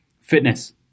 fitness